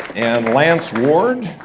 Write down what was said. and lance ward,